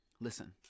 Listen